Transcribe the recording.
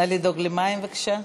נא לדאוג למים, בבקשה,